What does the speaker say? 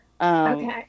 okay